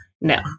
no